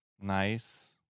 nice